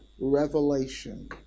revelation